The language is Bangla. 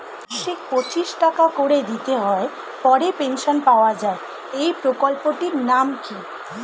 মাসিক পঁচিশ টাকা করে দিতে হয় পরে পেনশন পাওয়া যায় এই প্রকল্পে টির নাম কি?